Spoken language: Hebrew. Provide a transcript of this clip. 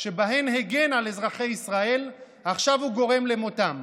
שבהן הגן על אזרחי ישראל, עכשיו הוא גורם למותם.